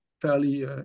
fairly